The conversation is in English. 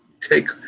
Take